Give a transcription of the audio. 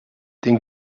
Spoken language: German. den